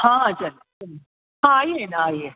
हां अच्छा अच्छा हां आईए ना आईए